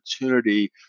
opportunity